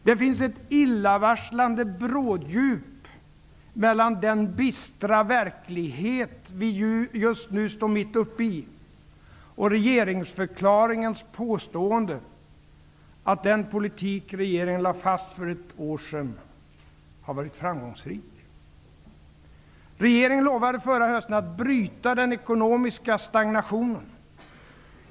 Det finns ett illavarslande bråddjup mellan den bistra verklighet vi just nu står mitt uppe i och regeringsförklaringens påstående att den politik som regeringen för ett år sedan lade fast har varit framgångsrik. Regeringen lovade förra hösten att bryta den ekonomiska stagnationen.